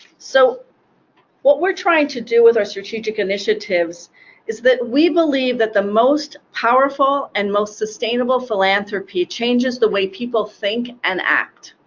so what we're trying to do with our strategic initiatives is that we believe that the most powerful and most sustainable philanthropy changes the way people think and act.